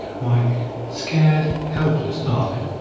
my scared, helpless darling.